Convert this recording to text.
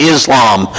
Islam